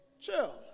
chill